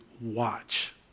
watch